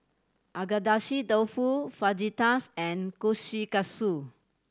Agedashi Dofu Fajitas and Kushikatsu